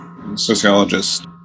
sociologist